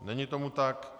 Není tomu tak.